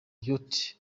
elliott